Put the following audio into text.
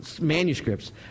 Manuscripts